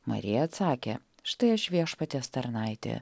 marija atsakė štai aš viešpaties tarnaitė